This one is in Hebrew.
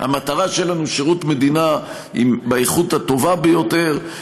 המטרה היא שיהיה לנו שירות מדינה באיכות הטובה ביותר,